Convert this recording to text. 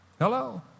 Hello